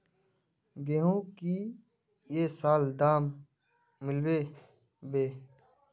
गेंहू की ये साल दाम मिलबे बे?